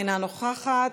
אינה נוכחת,